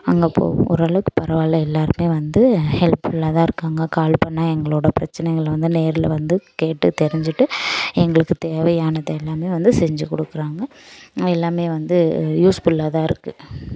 அங்கே இப்போ ஓரளவுக்கு பரவால்ல எல்லாருமே வந்து ஹெல்ஃபுல்லாக தான் இருக்காங்க கால் பண்ணால் எங்களோட பிரச்சனைகள் வந்து நேரில் வந்து கேட்டு தெரிஞ்சிட்டு எங்களுக்கு தேவையானது எல்லாமே வந்து செஞ்சிக்கொடுக்குறாங்க எல்லாமே வந்து யூஸ்ஃபுல்லாக தான் இருக்கு